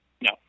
No